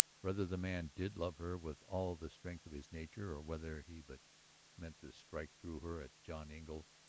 whether the man did love her with all of the strength of his nature or whether he but meant to strike through her at john engle,